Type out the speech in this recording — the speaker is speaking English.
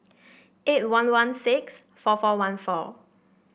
eight one one six four four one four